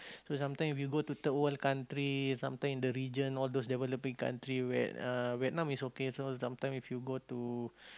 so sometime if you go to third world country sometime in the region all those developing country uh Vietnam is okay so sometime if you go to